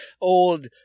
Old